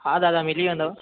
हा दादा मिली वेंदव